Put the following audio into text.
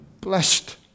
blessed